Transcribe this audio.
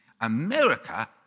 America